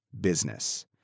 business